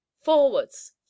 forwards